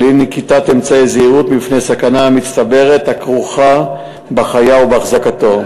של אי-נקיטת אמצעי זהירות מפני סכנה מצטברת הכרוכה בחיה או בהחזקתה,